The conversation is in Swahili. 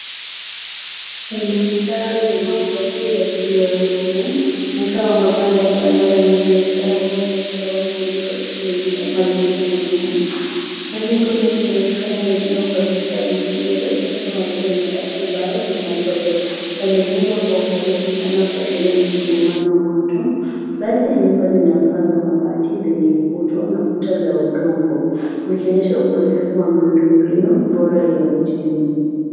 Ni mandhari ya makazi yasiyo rasmi mtaa wa mabanda ambao mara nyingi huonyesha hali ya maisha ya watu waliokatika mazingira magumu. Majengo mengi yanaonekana yamejengwa kwa vifaa visivyo rasmi kama vile mabati, mbao na matope. Yamejengwa kwa ukaribu sana kuashiria msongomano wa watu. Baadhi ya nyumba zina paa za mabati zenye kutu na kuta za udongo zikionyesha ukosefu wa miundo mbinu bora ya ujenzi.